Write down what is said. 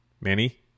Manny